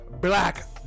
Black